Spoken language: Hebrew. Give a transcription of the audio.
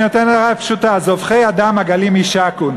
אני נותן הערה פשוטה: זובחי אדם, עגלים יישקון.